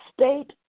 state